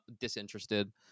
disinterested